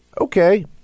Okay